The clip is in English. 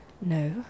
No